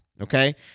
okay